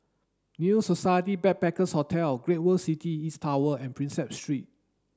New Society Backpackers' Hotel Great World City East Tower and Prinsep Street